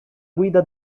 guida